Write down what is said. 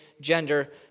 gender